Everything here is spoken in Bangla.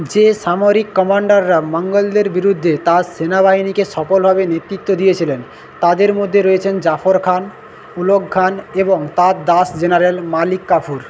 যে সামরিক কমান্ডাররা মঙ্গোলদের বিরুদ্ধে তাঁর সেনাবাহিনীকে সফলভাবে নেতৃত্ব দিয়েছিলেন তাদের মধ্যে রয়েছেন জাফর খান উলঘ খান এবং তার দাস জেনারেল মালিক গাফুর